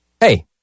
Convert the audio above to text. Hey